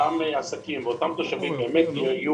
אותם עסקים ואותם תושבים באמת יהיו